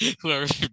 whoever